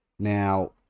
Now